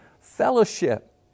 fellowship